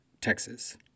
Texas